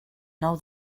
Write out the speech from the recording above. nou